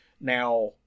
Now